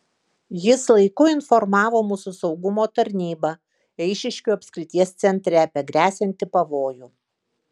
jis laiku informavo mūsų saugumo tarnybą eišiškių apskrities centre apie gresianti pavojų